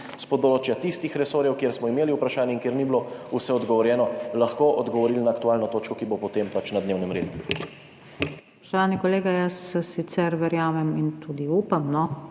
s področja tistih resorjev, kjer smo imeli vprašanja in kjer ni bilo vse odgovorjeno, lahko odgovorili na aktualno točko, ki bo potem na dnevnem redu. PODPREDSEDNICA NATAŠA SUKIČ: Spoštovani kolega, jaz sicer verjamem in tudi upam,